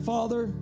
Father